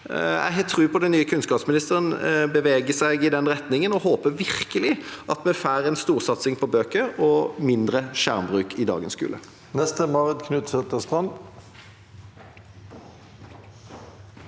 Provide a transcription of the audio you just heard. Jeg har tro på at den nye kunnskapsministeren beveger seg i den retningen, og håper virkelig at vi får en storsatsing på bøker og mindre skjermbruk i dagens skole. Marit Knutsdatter Strand